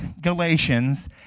Galatians